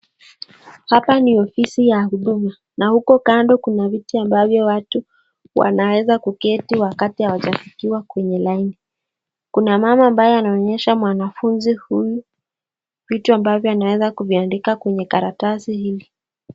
Hapa ni ofisi ya huduma na huko kando kuna viti ambavyo watu wanaeza kuketi wakati hawajafikiwa kwenye laini. Kuna mama ambaye anaonyesha mwanafuzi huyu vitu ambavyo anaeza kuviandika kwenye karatasi hili.